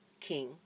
King